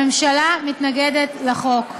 הממשלה מתנגדת לחוק.